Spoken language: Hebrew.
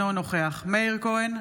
אינו נוכח מאיר כהן,